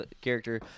character